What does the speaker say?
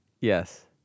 Yes